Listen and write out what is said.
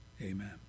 Amen